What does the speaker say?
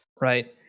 right